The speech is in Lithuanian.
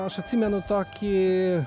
aš atsimenu tokį